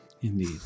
Indeed